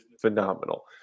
phenomenal